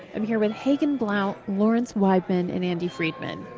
i'm here with hagen blount, lawrence weibman and andy freedman.